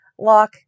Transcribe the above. Lock